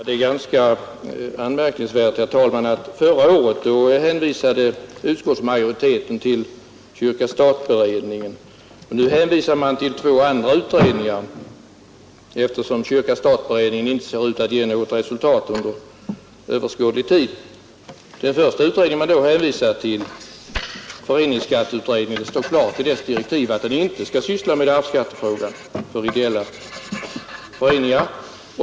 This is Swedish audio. Det är ganska anmärkningsvärt, herr talman, att utskottsmajoriteten förra året hänvisade till kyrka—stat-beredningen, men att man nu hänvisar till två andra utredningar, eftersom kyrka—stat-beredningen inte ser ut att ge något resultat under överskådlig tid. Den första utredningen man hänvisar till, föreningsskatteutredningen, har klart utsagt i sina direktiv att den inte skall syssla med arvsskattefrågan för ideella föreningar.